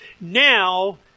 now